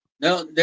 No